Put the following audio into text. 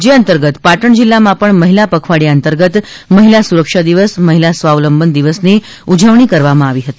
જે અંતગર્ત પાટણ જિલ્લામાં પણ મહિલા પખવાડિયા અંતર્ગત મહિલા સુરક્ષા દિવસ મહિલા સ્વાવલંબન દિવસની ઉજવણી કરવામાં આવી હતી